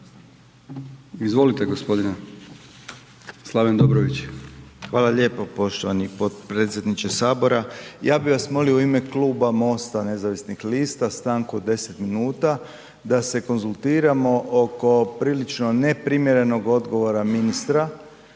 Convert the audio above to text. Dobrović. **Dobrović, Slaven (MOST)** Hvala lijepo poštovani potpredsjedniče HS. Ja bi vas molio u ime Kluba MOST-a nezavisnih lista stanku od 10 minuta da se konzultiramo oko prilično neprimjerenog odgovora ministra